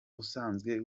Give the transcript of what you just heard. usanzwe